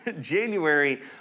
January